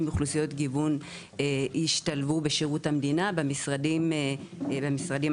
מאוכלוסיות גיוון ישתלבו בשירות המדינה במשרדים השונים.